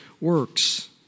works